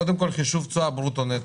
קודם כל חישוב תשואה ברוטו נטו,